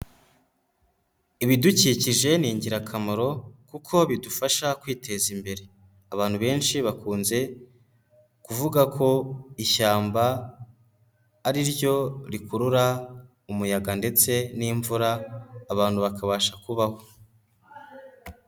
Ibidukikije ni ingirakamaro kuko bidufasha kwiteza imbere, abantu benshi bakunze kuvuga ko ishyamba ari ryo rikurura umuyaga ndetse n'imvura abantu bakabasha kubaho.